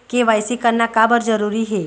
KYC करना का बर जरूरी हे?